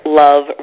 love